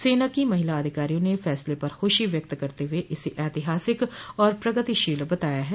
सेना की महिला अधिकारियों ने फैसले पर खुशी व्यक्त करते हुए इसे ऐतिहासिक और प्रगतिशील बताया है